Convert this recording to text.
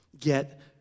get